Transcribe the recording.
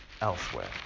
elsewhere